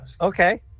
Okay